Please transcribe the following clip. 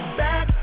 back